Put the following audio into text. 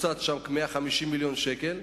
קוצצו שם 150 מיליון שקל,